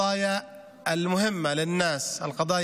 אנשינו המכובדים בכל מקום,